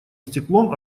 стеклом